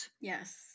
Yes